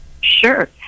Sure